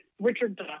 Richard